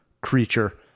creature